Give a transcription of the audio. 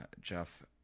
Jeff